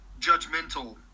judgmental